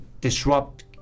disrupt